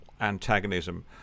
antagonism